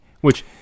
which-